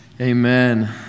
Amen